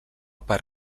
per